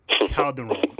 Calderon